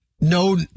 No